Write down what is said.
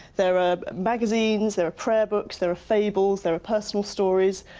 there are magazines, there are prayer books, there are fables, there are personal stories,